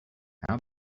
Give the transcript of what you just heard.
how